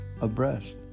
abreast